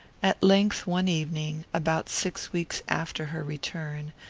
at length one evening, about six weeks after her return,